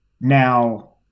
Now